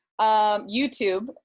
YouTube